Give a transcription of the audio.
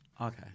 Okay